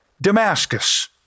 Damascus